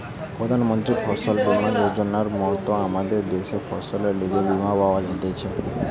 প্রধান মন্ত্রী ফসল বীমা যোজনার মত আমদের দ্যাশে ফসলের লিগে বীমা পাওয়া যাইতেছে